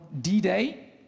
D-Day